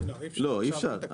לא אי אפשר,